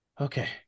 okay